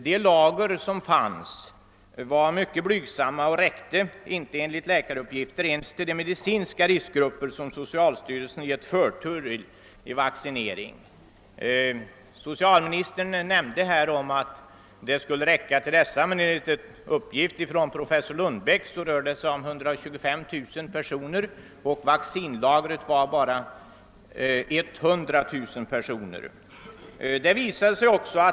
De lager som fanns var mycket blygsamma och räckte enligt läkaruppgifter inte ens till de medicin ska riskgrupper som socialstyrelsen givit förtur till vaccinering. Socialministern nämnde att det skulle räcka till dessa, men enligt uppgifter från professor Lundbäck rör det sig om 125 000 personer, och vaccinlagret räckte bara till 100 000 personer.